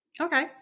Okay